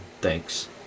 thanks